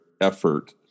effort